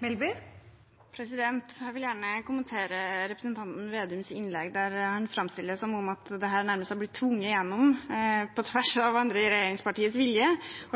blitt tvunget igjennom – på tvers av viljen til andre i regjeringspartiene.